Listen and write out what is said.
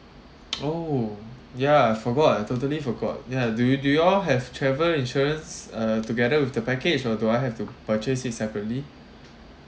oh ya I forgot I totally forgot yeah do you do you have travel insurance uh together with the package or do I have to purchase it separately